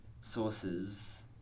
sources